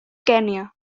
kenya